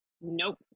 Nope